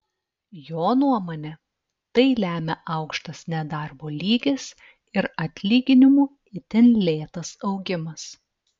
jo nuomone tai lemia aukštas nedarbo lygis ir atlyginimų itin lėtas augimas